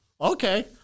Okay